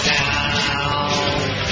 now